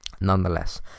Nonetheless